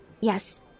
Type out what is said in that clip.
yes